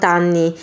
anni